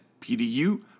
PDU